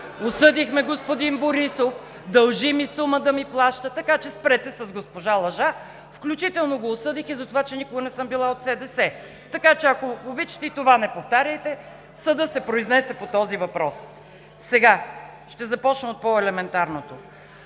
осъдихме господин Борисов! Дължи ми сума за плащане, така че спрете с „госпожа Лъжа“. Включително го осъдих и за това, че никога не съм била от СДС. Така че, ако обичате, и това не повтаряйте – съдът се произнесе по този въпрос. Сега ще започна от по-елементарното